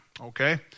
Okay